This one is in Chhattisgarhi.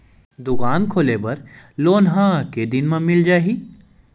दुकान खोले बर लोन मा के दिन मा मिल जाही?